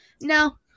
No